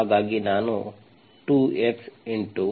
ಹಾಗಾಗಿ ನಾನು 2xx